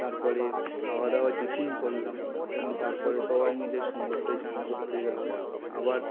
তারপরে খাওয়াদাওয়া টিফিন করলাম এবং তারপরে সবাই মিলে সমুদ্রে চান করতে গেলাম আবার